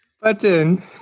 Button